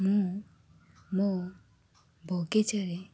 ମୁଁ ମୋ ବଗିଚାରେ